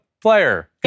player